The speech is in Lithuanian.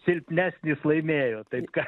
silpnesnis laimėjo taip ka